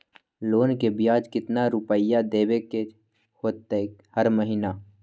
Loan के ब्याज कितना रुपैया देबे के होतइ हर महिना?